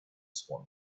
swan